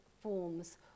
forms